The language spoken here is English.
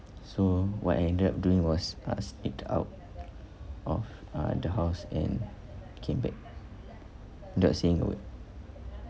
so what I ended up doing was uh sneaked out of uh the house and came back not saying a word